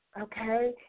Okay